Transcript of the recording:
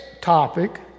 topic